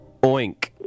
Oink